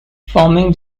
forming